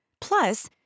Plus